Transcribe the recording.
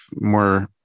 more